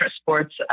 sports